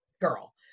girl